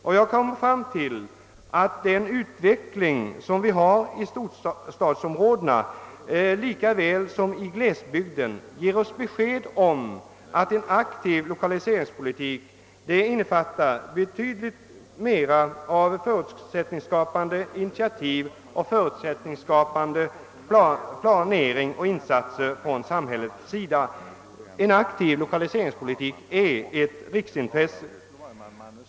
Jag kommer därför fram till att utvecklingen i storstadsområdena lika väl som utvecklingen i glesbygden ger oss besked om att en aktiv lokaliseringspolitik är ett riksintresse. Därför måste en verkligt aktiv lokaliseringspolitik innefatta betydligt mera av förutsättningsskapande initiativ och = förutsättningsskapande planering och insatser från samhällets sida.